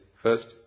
First